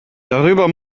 darüber